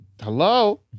Hello